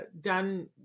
done